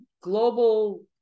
global